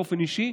באופן אישי,